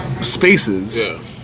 spaces